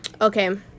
Okay